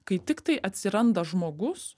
kai tiktai atsiranda žmogus